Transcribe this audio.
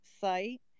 site